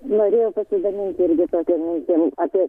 norėjau pasidalinti irgi tokiom mintim apie